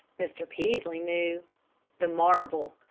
mr. peaslee knew the marble!